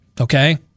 okay